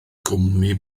gwmni